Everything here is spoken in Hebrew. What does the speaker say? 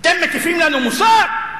אתם מטיפים לנו מוסר?